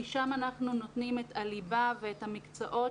כי שם אנחנו נותנים את הליבה ואת המקצועות